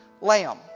lamb